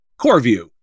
CoreView